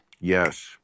Yes